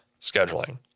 scheduling